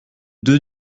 deux